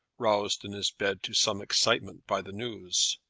roused in his bed to some excitement by the news.